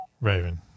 Raven